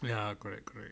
ya correct correct